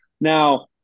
Now